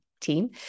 team